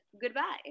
goodbye